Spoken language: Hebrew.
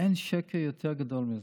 אין שקר יותר גדול מזה.